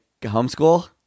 homeschool